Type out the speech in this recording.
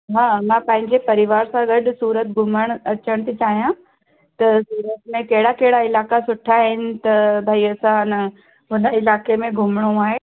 हा मां पंहिंजे परिवार सां गॾु सूरत घुमणु अचणु थी चाहियां त सूरत में कहिड़ा कहिड़ा इलाइक़ा सुठा आहिनि त भाई असां न हुन इलाइक़े में घुमणो आहे